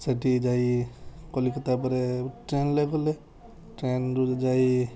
ସେଠି ଯାଇ କଲିକତା ପରେ ଟ୍ରେନ୍ରେ ଗଲେ ଟ୍ରେନ୍ରୁ ଯାଇ